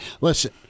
listen